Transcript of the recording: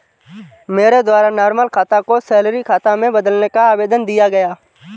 मेरे द्वारा नॉर्मल खाता को सैलरी खाता में बदलने का आवेदन दिया गया